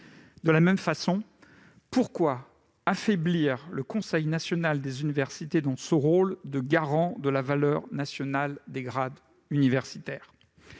De la même façon, pourquoi affaiblir le Conseil national des universités dans son rôle de garant de la valeur nationale des grades universitaires ?